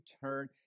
turn